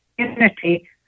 community